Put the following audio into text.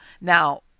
now